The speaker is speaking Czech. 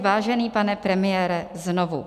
Vážený pane premiére, znovu.